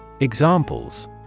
Examples